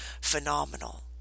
phenomenal